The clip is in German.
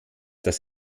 das